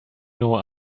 know